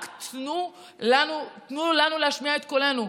רק תנו לנו להשמיע את קולנו.